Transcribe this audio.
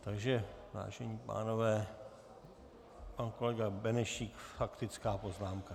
Takže vážení pánové, pan kolega Benešík, faktická poznámka.